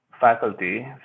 faculty